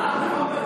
צעד בכיוון